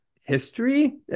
history